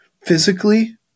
physically